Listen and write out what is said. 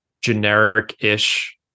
generic-ish